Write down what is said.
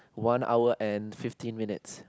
one hour and fifteen minutes